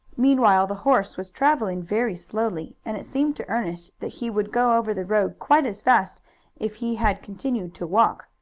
meanwhile the horse was traveling very slowly, and it seemed to ernest that he would go over the road quite as fast if he had continued to walk.